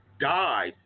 died